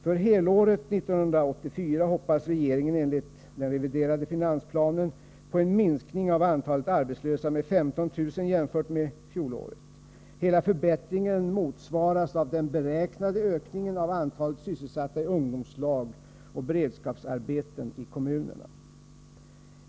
För helåret 1984 hoppas regeringen enligt den reviderade finansplanen på en minskning av antalet arbetslösa med 15 000 jämfört med fjolåret. Hela förbättringen motsvaras av den beräknade ökningen av antalet sysselsatta i ungdomslag och beredskapsarbeten i kommunerna.